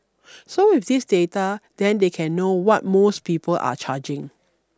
so with this data then they can know what most people are charging